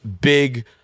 big